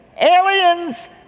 aliens